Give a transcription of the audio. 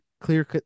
clear